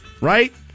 right